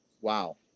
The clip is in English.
wow